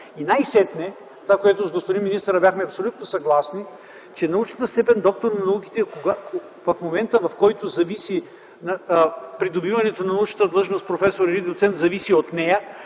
И най-сетне това, по което с господин министъра бяхме абсолютно съгласни, е, че научната степен „доктор на науките” в момента, в който придобиването на научната длъжност „професор” или „доцент” зависи от нея,